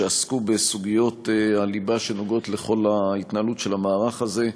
שעסקו בסוגיות הליבה שנוגעות לכל ההתנהלות של המערך הזה.